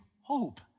hope